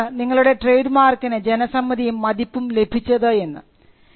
അതുവഴിയാണ് നിങ്ങളുടെ ട്രേഡ് മാർക്കിന് ജനസമ്മതിയും മതിപ്പും ലഭിച്ചത് എന്ന്